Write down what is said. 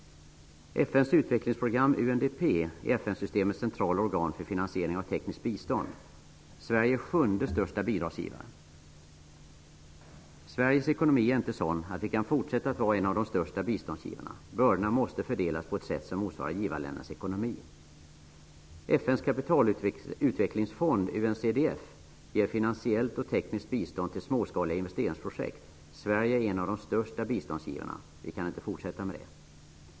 FN:s utvecklingsprogram, UNDP, är FN-systemets centrala organ för finansiering av tekniskt bistånd. Sverige är den sjunde största biståndsgivaren. Sveriges ekonomi är inte sådan att vi kan fortsätta att vara en av de största biståndsgivarna. Bördorna måste fördelas på ett sätt som motsvarar givarländernas ekonomi. FN:s kapitalutvecklingsfond, UNCDF, ger finansiellt och tekniskt bistånd till småskaliga investeringsprojekt. Sverige är en av de största biståndsgivarna. Vi kan inte fortsätta med detta.